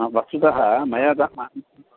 हा वस्तुतः मया द